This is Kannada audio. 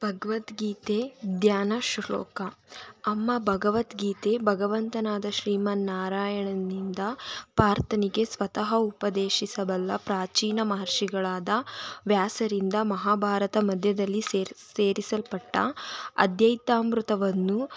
ಭಗವದ್ಗೀತೆ ಧ್ಯಾನ ಶ್ಲೋಕ ಅಮ್ಮ ಭಗವದ್ಗೀತೆ ಭಗವಂತನಾದ ಶ್ರೀಮನ್ ನಾರಾಯಣನಿಂದ ಪಾರ್ಥನಿಗೆ ಸ್ವತಃ ಉಪದೇಶಿಸಬಲ್ಲ ಪ್ರಾಚೀನ ಮಹರ್ಷಿಗಳಾದ ವ್ಯಾಸರಿಂದ ಮಹಾಭಾರತ ಮಧ್ಯದಲ್ಲಿ ಸೇರಿ ಸೇರಿಸಲ್ಪಟ್ಟ ಅಧ್ಯಾಯಿತಾಮೃತವನ್ನು